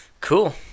Cool